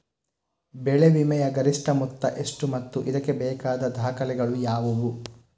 ಬೆಳೆ ವಿಮೆಯ ಗರಿಷ್ಠ ಮೊತ್ತ ಎಷ್ಟು ಮತ್ತು ಇದಕ್ಕೆ ಬೇಕಾದ ದಾಖಲೆಗಳು ಯಾವುವು?